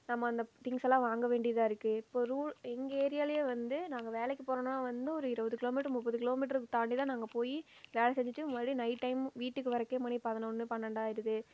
நம்ம அந்த திங்ஸ்ஸெல்லாம் வாங்க வேண்டியதாக இருக்கு இப்போ ரூல் எங்கேரியாவிலே வந்து நாங்கள் வேலைக்கு போகிறோன்னா வந்து ஒரு இருபது கிலோமீட்டர் முப்பது கிலோமீட்டருக்கு தாண்டி தான் நாங்கள் போய் வேலை செஞ்சிட்டு மறுபடியும் நைட் டைம் வீட்டுக்கு வரக்கே மணி பதினொன்னு பன்ணென்டாயிடுது